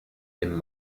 dem